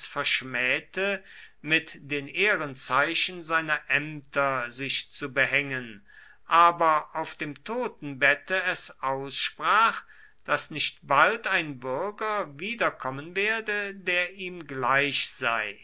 verschmähte mit den ehrenzeichen seiner ämter sich zu behängen aber auf dem totenbette es aussprach daß nicht bald ein bürger wiederkommen werde der ihm gleich sei